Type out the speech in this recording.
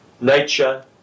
Nature